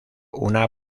una